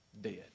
dead